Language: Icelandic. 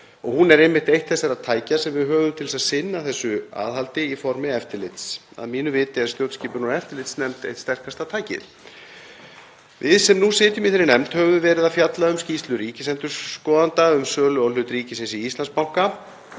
hún er einmitt eitt þessara tækja sem við höfum til að sinna þessu aðhaldi í formi eftirlits. Að mínu viti er stjórnskipunar- og eftirlitsnefnd eitt sterkasta tækið. Við sem nú sitjum í þeirri nefnd höfum verið að fjalla um skýrslu ríkisendurskoðanda um sölu á hlut ríkisins í Íslandsbanka.